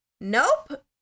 nope